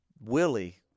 willie